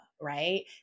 right